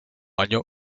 año